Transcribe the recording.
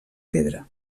pedra